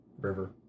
river